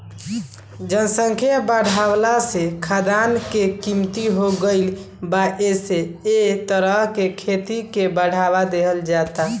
जनसंख्या बाढ़ला से खाद्यान के कमी हो गईल बा एसे एह तरह के खेती के बढ़ावा देहल जाता